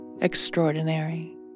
extraordinary